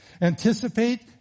Anticipate